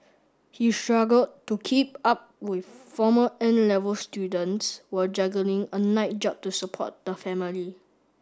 he struggled to keep up with former 'N' level students while juggling a night job to support the family